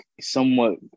somewhat